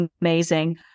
amazing